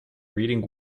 reading